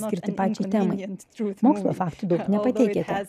skirti pačiai temai mokslo faktų daug nepateikia